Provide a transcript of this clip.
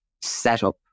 setup